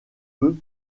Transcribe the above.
peu